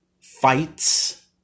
fights